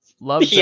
Love